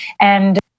And-